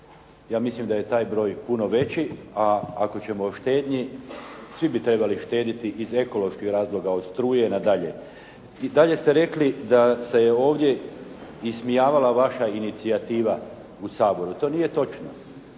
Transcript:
Ja mislim da je taj broj puno veći, a ako ćemo o štednji, svi bi trebali štedjeti iz ekoloških razloga od struje nadalje. I dalje ste rekli da se ovdje ismijavala vaša inicijativa u Saboru. To nije točno.